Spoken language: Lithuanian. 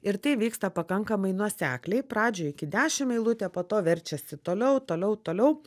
ir tai vyksta pakankamai nuosekliai pradžioj iki dešimt eilutė po to verčiasi toliau toliau toliau